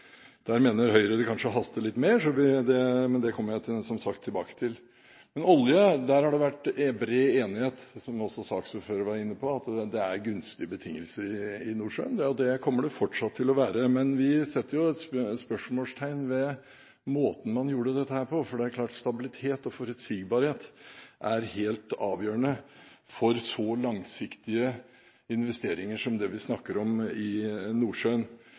Der mener Høyre det kanskje haster litt mer, men det kommer jeg som sagt tilbake til. Men når det gjelder olje, har det det vært bred enighet – som også saksordføreren var inne på – om å ha gunstige betingelser i Nordsjøen, og det kommer det fortsatt til å være. Men vi setter spørsmålstegn ved måten man gjorde dette på. Det er klart at stabilitet og forutsigbarhet er helt avgjørende for så langsiktige investeringer som det vi snakker om i Nordsjøen.